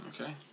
okay